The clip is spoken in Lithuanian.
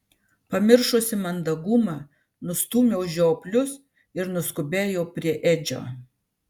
pamiršusi mandagumą nustūmiau žioplius ir nuskubėjau prie edžio